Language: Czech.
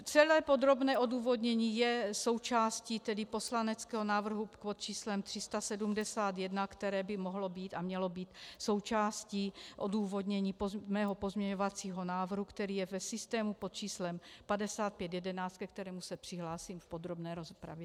Celé podrobné odůvodnění je součástí poslaneckého návrhu pod číslem 371, které by mohlo být a mělo být součástí odůvodnění mého pozměňovacího návrhu, který je v systému pod číslem 5511, ke kterému se přihlásím v podrobné rozpravě.